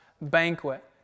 banquet